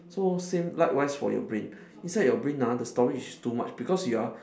so same likewise for your brain inside our brain ah the storage is too much because you are